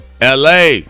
LA